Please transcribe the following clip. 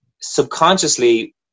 subconsciously